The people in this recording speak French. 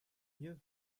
mieux